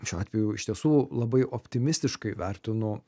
šiuo atveju iš tiesų labai optimistiškai vertinu